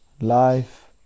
life